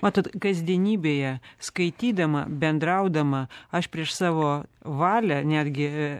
matot kasdienybėje skaitydama bendraudama aš prieš savo valią netgi